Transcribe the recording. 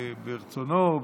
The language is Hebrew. מרצונו,